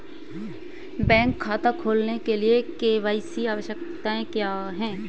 Bank खाता खोलने के लिए के.वाई.सी आवश्यकताएं क्या हैं?